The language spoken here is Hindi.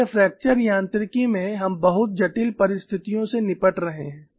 इसलिए फ्रैक्चर यांत्रिकी में हम बहुत जटिल परिस्थितियों से निपट रहे हैं